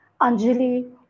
Anjali